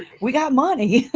we got money,